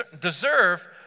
deserve